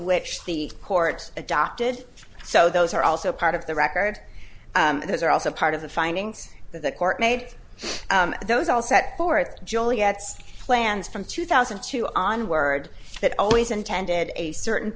which the court adopted so those are also part of the record those are also part of the findings that the court made those all set forth juliet's plans from two thousand and two onwards that always intended a certain